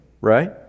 right